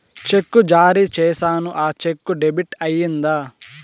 చెక్కు జారీ సేసాను, ఆ చెక్కు డెబిట్ అయిందా